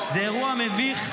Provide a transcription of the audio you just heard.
זה אירוע מביך,